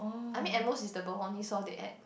I mean at most is the bolognese sauce they add